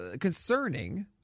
concerning